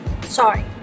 sorry